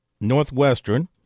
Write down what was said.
Northwestern